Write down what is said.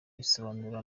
bisobanuro